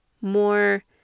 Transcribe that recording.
more